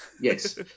Yes